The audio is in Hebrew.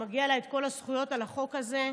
שמגיעות לה כל הזכויות על החוק הזה.